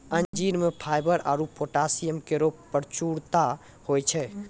अंजीर म फाइबर आरु पोटैशियम केरो प्रचुरता होय छै